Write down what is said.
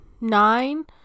nine